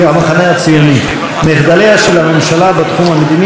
הציוני: מחדליה של הממשלה בתחום המדיני,